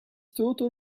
total